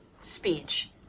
speech